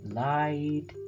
light